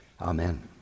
Amen